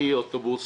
שהיא אוטובוסים,